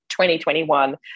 2021